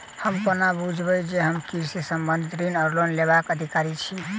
हम कोना बुझबै जे हम कृषि संबंधित ऋण वा लोन लेबाक अधिकारी छी?